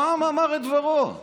העם אמר את דברו,